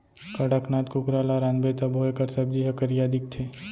कड़कनाथ कुकरा ल रांधबे तभो एकर सब्जी ह करिया दिखथे